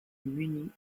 munis